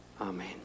Amen